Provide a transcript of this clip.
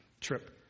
trip